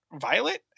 Violet